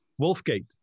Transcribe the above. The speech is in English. Wolfgate